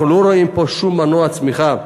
ואנחנו לא רואים פה שום מנוע צמיחה.